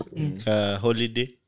holiday